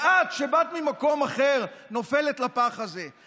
ואת, שבאת ממקום אחר, נופלת לפח הזה.